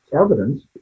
evidence